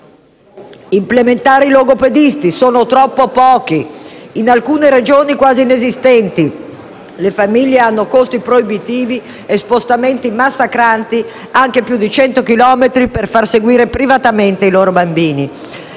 implementare i logopedisti, perché sono troppo pochi e in alcune Regioni quasi inesistenti; le famiglie sopportano costi proibitivi e spostamenti massacranti, percorrendo anche più di 100 chilometri, per far seguire privatamente i loro bambini.